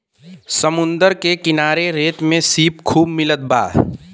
समुंदर के किनारे रेत में सीप खूब मिलत बा